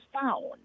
Found